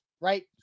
right